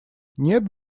нет